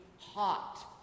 hot